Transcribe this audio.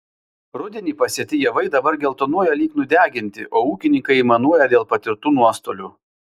rudenį pasėti javai dabar geltonuoja lyg nudeginti o ūkininkai aimanuoja dėl patirtų nuostolių